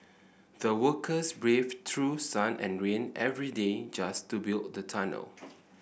the workers braved through sun and rain every day just to build the tunnel